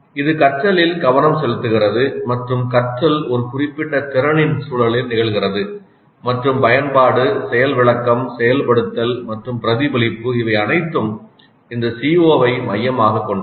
இது கற்றலில் கவனம் செலுத்துகிறது மற்றும் கற்றல் ஒரு குறிப்பிட்ட திறனின் சூழலில் நிகழ்கிறது மற்றும் பயன்பாடு செயல் விளக்கம் செயல்படுத்தல் மற்றும் பிரதிபலிப்பு இவை அனைத்தும் இந்த CO ஐ மையமாகக் கொண்டவை